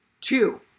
Two